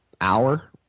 hour